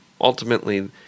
ultimately